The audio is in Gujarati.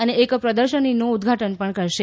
અને એક પ્રદર્શનીનું ઉદ્વાટન પણ કરાશે